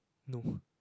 no